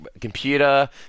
computer